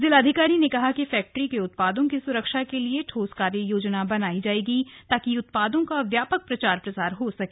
जिलाधिकारी ने कहा कि फैक्टरी के उत्पादों की सुरक्षा के लिए ठोस कार्ययोजना बनायी जायेगी ताकि उत्पादों को व्यापक प्रचार प्रसार हो सके